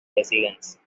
descendants